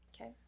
okay